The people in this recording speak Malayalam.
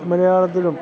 മലയാളത്തിലും